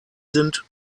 sind